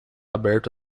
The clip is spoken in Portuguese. aberto